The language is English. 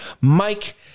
Mike